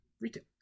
retail